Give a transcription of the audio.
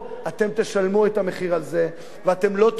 תשלמו את המחיר על זה ולא תוכלו.